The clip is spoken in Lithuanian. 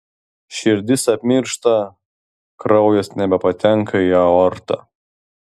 širdis apmiršta kraujas nebepatenka į aortą